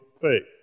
faith